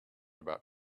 about